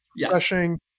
refreshing